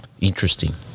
Interesting